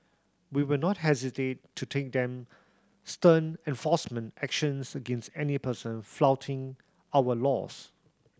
we will not hesitate to take them stern enforcement actions against any person flouting our laws